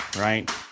Right